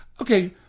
Okay